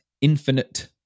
infinite